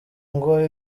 ngo